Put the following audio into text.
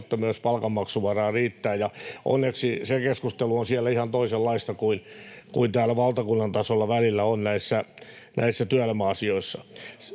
jotta myös palkanmaksuvaraa riittää. Onneksi se keskustelu on siellä ihan toisenlaista kuin täällä valtakunnan tasolla välillä on näissä työelämäasioissa.